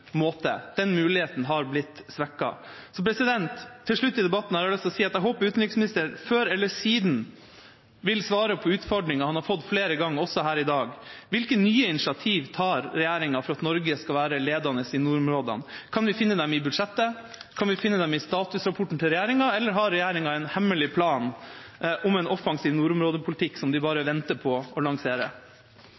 måte. Den muligheten har blitt svekket. Til slutt i debatten har jeg lyst til å si at jeg håper utenriksministeren før eller siden vil svare på utfordringa han har fått flere ganger, også her i dag. : Hvilke nye initiativ tar regjeringa for at Norge skal være ledende i nordområdene? Kan vi finne dem i budsjettet? Kan vi finne dem i statusrapporten til regjeringa, eller har regjeringa en hemmelig plan om en offensiv nordområdepolitikk som de bare